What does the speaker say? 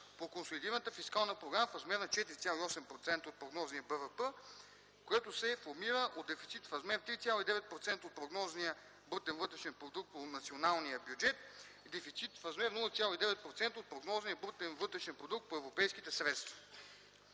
по консолидираната фискална програма в размер на 4,8% от прогнозния брутен вътрешен продукт, който се формира от дефицит в размер на 3,9% от прогнозния брутен вътрешен продукт по националния бюджет и дефицит в размер 0,9% от прогнозния брутен вътрешен продукт по европейските средства.